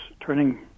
turning